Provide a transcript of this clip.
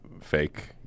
fake